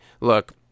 look